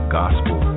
gospel